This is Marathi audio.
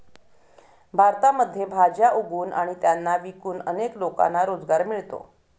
भारतामध्ये भाज्या उगवून आणि त्यांना विकून अनेक लोकांना रोजगार मिळतो